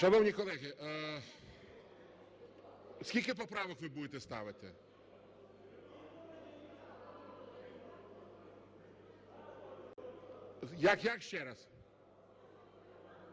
Шановні колеги, скільки поправок ви будете ставити? Як-як, ще раз?